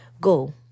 Go